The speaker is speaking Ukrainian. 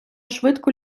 швидко